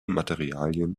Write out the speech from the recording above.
materialien